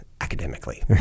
academically